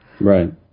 Right